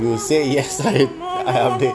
you say yes I I update